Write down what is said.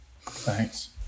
Thanks